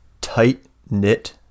tight-knit